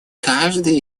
каждая